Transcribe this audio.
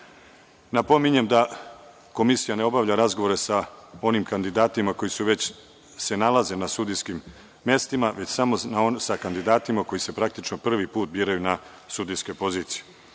Napominjem da komisija ne obavlja razgovore sa onim kandidatima koji se već nalaze na sudijskim mestima, već samo sa kandidatima koji se praktično biraju na sudijske pozicije.U